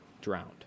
drowned